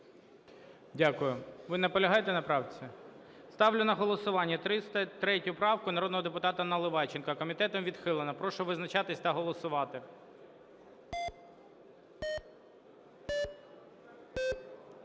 Дякую. Ви наполягаєте на правці? Ставлю на голосування 303 правку народного депутата Наливайченка. Комітетом відхилена. Прошу визначатись та голосувати.